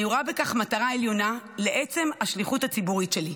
אני רואה בכך מטרה עליונה לעצם השליחות הציבורית שלי.